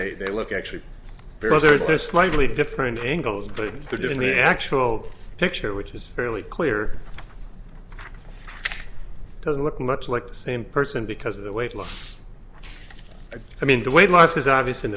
they they look actually because they're slightly different angles but they're doing the actual picture which is fairly clear doesn't look much like the same person because of the weight loss i mean the weight loss is obvious in